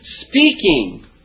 speaking